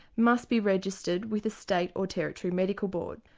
must be registered with a state or territory medical board.